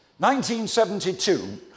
1972